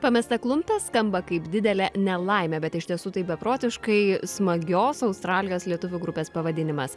pamesta klumpė skamba kaip didelė nelaimė bet iš tiesų tai beprotiškai smagios australijos lietuvių grupės pavadinimas